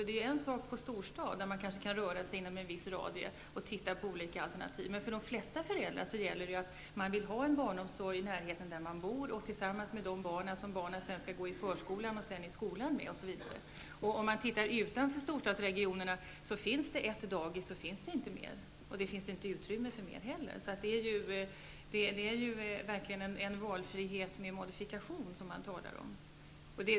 Det är en sak i en storstad, där man kanske kan röra sig inom en viss radie och titta på olika alternativ. Men för de flesta föräldrar gäller att man vill ha barnomsorg i närheten av den plats där man bor och att barnet skall kunna gå tillsammans med de barn som han sedan skall gå i förskola och skola med. Utanför storstadsregionerna finns det för föräldrarna ett dagis och inte mer, och det finns inte heller utrymme för mer. Det är därför verkligen en valfrihet med modifikation som man talar om.